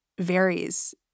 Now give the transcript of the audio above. Varies